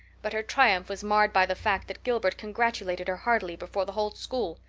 but her triumph was marred by the fact that gilbert congratulated her heartily before the whole school.